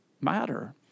matter